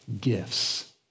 gifts